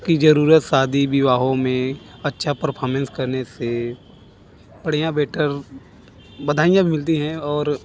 कि ज़रूरत शादी विवाहों में अच्छा परफौमेन्स करने से बढ़िया बेटर बधाइयाँ भी मिलती हैं और